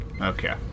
Okay